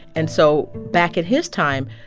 and so back in his time,